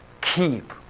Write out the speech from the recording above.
keep